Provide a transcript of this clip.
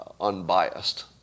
unbiased